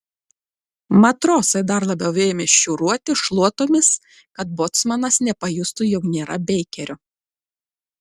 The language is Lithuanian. matrosai dar labiau ėmė šiūruoti šluotomis kad bocmanas nepajustų jog nėra beikerio